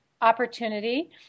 opportunity